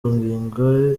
ngingo